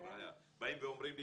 באים ואומרים לי,